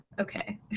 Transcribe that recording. okay